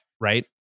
right